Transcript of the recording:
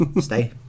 Stay